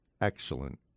excellent